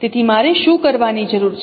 તેથી મારે શું કરવાની જરૂર છે